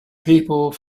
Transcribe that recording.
people